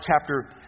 chapter